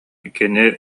кини